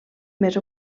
més